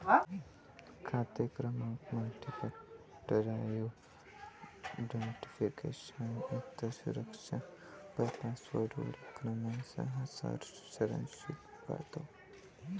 खाते क्रमांक multifactor identification, इतर सुरक्षा उपाय पासवर्ड ओळख क्रमांकासह संरक्षित करतो